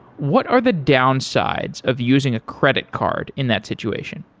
what are the downsides of using a credit card in that situation?